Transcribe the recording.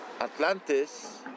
Atlantis